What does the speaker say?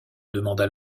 demanda